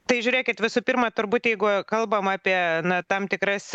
tai žiūrėkit visų pirma turbūt jeigu kalbam apie na tam tikras